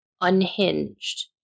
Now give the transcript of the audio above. unhinged